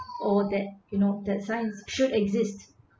or that you know that science should exist